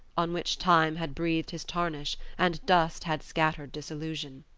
on which time had breathed his tarnish and dust had scattered disillusion.